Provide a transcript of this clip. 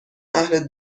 اهل